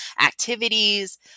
activities